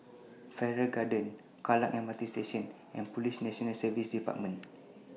Farrer Garden Kallang M R T Station and Police National Service department